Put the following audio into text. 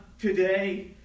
today